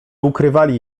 ukrywali